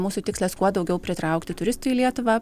mūsų tikslas kuo daugiau pritraukti turistų į lietuvą